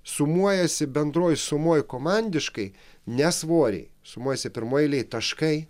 sumuojasi bendroj sumoje komandiškai ne svoriai sumuojasi pirmoj eilėj taškai